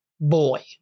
boy